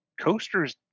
coasters